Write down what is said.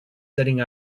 sitting